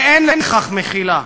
ואין על כך מחילה.